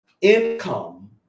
income